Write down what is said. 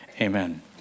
amen